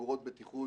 חגורות בטיחות,